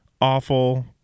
awful